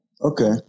okay